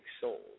soul